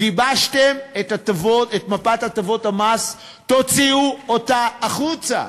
גיבשתם את מפת הטבות המס, תוציאו אותה החוצה.